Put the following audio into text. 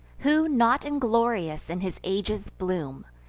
who, not inglorious, in his age's bloom,